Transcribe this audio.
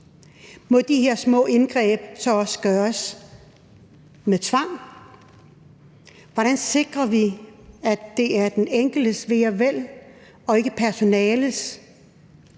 Må de her små indgreb så også gøres med tvang? Hvordan sikrer vi, at det er den enkeltes ve og vel og ikke personalets